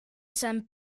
san